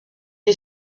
est